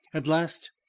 at last,